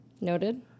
Noted